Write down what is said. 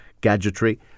gadgetry